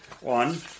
One